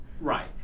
Right